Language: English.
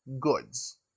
goods